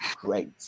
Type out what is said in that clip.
great